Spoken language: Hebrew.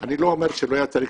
אני לא אומר שלא היה צריך